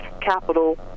capital